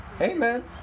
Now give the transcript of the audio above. Amen